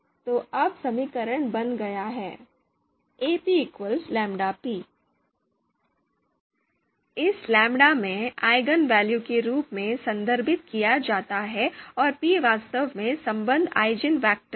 तो अब समीकरण बन गया है इस लैम्ब्डा में eigenvalue के रूप में संदर्भित किया जाता है और p वास्तव में संबद्ध आइजनवेक्टर है